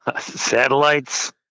satellites